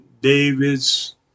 David's